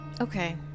Okay